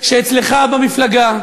שאתה וחבר הכנסת חזן,